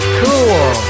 cool